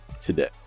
today